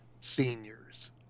Seniors